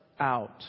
out